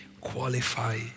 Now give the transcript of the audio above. qualify